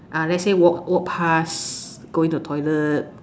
ah let say walk walk pass going to the toilet